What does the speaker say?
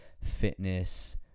fitness